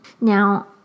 Now